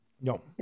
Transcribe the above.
No